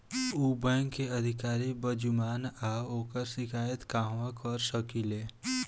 उ बैंक के अधिकारी बद्जुबान बा ओकर शिकायत कहवाँ कर सकी ले